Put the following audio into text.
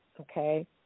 okay